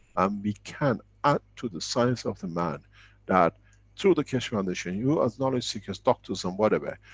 um we can add to the science of the man that through the keshe foundation, you as knowledge seekers, doctors, and whatever,